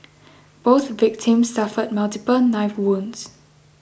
both victims suffered multiple knife wounds